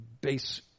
base